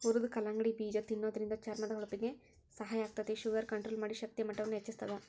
ಹುರದ ಕಲ್ಲಂಗಡಿ ಬೇಜ ತಿನ್ನೋದ್ರಿಂದ ಚರ್ಮದ ಹೊಳಪಿಗೆ ಸಹಾಯ ಆಗ್ತೇತಿ, ಶುಗರ್ ಕಂಟ್ರೋಲ್ ಮಾಡಿ, ಶಕ್ತಿಯ ಮಟ್ಟವನ್ನ ಹೆಚ್ಚಸ್ತದ